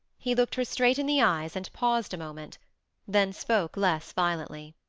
he looked her straight in the eyes, and paused a moment then spoke less violently.